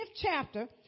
chapter